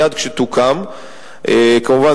מייד כשתוקם כמובן,